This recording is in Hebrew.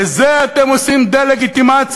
לזה אתם עושים דה-לגיטימציה?